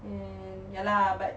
and ya lah